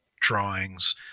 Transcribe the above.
drawings